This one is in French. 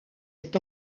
est